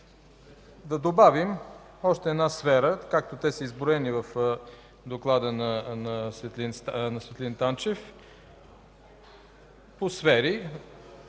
да добавим още една сфера. Както те са изброени в доклада на Светлин Танчев по сфери,